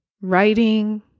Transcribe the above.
writing